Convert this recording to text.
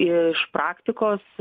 iš praktikos